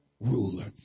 ruler